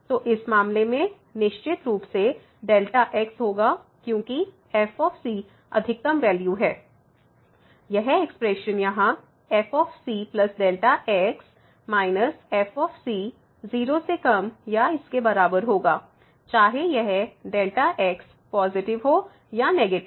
तो इस मामले में निश्चित रूप से Δ x होगा क्योंकि f अधिकतम वैल्यू है यह एक्सप्रेशन यहाँ fcΔ x −f 0 से कम या इसके बराबर होगा चाहे यह Δx पॉजिटिव हो या नेगेटिव